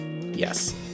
Yes